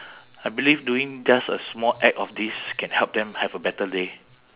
then what about for you